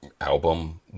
album